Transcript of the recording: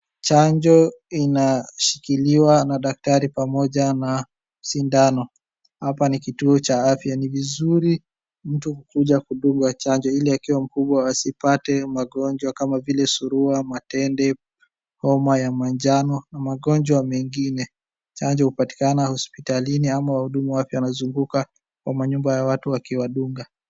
Chanjo inashikiliwa na daktari pamoja na sindano. Hapa ni kituo cha afya. Ni vizuri mtu kukuja kudungwa chanjo ili akiwa mkubwa asipate magonjwa kama vile surua, matende, homa ya manjano na magonjwa mengine. Chanjo hupatikana hospitalini ama wahudumu wa afya wanazunguka kwa manyumba ya watu akiwadunga.